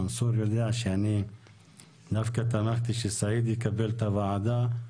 מנסור יודע שאני דווקא תמכתי שסעיד יקבל את הוועדה.